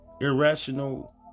Irrational